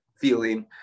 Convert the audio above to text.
feeling